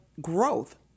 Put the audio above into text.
growth